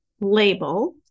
label